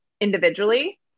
individually